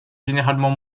généralement